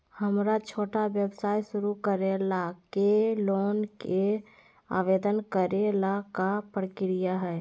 हमरा छोटा व्यवसाय शुरू करे ला के लोन के आवेदन करे ल का प्रक्रिया हई?